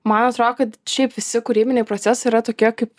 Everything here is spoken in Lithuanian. man atrodo kad šiaip visi kūrybiniai procesai yra tokie kaip